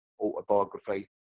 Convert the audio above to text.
autobiography